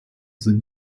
sind